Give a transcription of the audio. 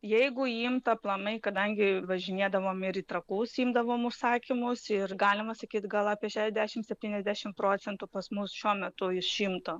jeigu imt aplamai kadangi važinėdavom ir į trakus imdavom užsakymus ir galima sakyt gal apie šešdešim septyniasdešim procentų pas mus šiuo metu iš šimto